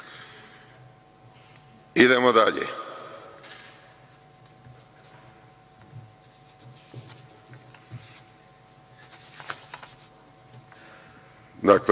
idemo dalje